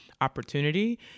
opportunity